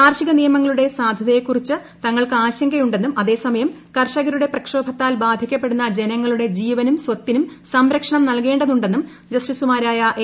കാർഷിക നിയമങ്ങളുടെ സാധുതയെക്കുറിച്ച് തങ്ങൾക്ക് ആശങ്കയുണ്ടെന്നും അത്രേിക് സമയം കർഷകരുടെ പ്രക്ഷോഭത്താൽ ബാധിക്കപ്പെടുന്ന ജർമിങ്ങളുടെ ജീവനും സ്ഥത്തിനും സംരക്ഷണം നൽകേണ്ടതുണ്ടെസ്മൂർ ് ജസ്റ്റിസുമാരായ എ